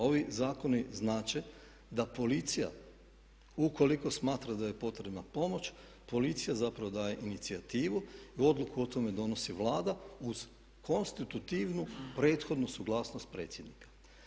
Ovi zakoni znače da policija ukoliko smatra da je potrebna pomoć policija zapravo daje inicijativu i odluku o tome donosi Vlada uz konstitutivnu prethodnu suglasnost predsjednika.